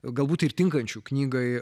galbūt ir tinkančių knygai